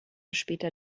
später